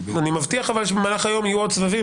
אני מבטיח שבמהלך היום יהיו עוד סבבים,